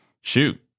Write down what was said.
shoot